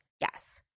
Yes